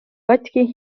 katki